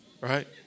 right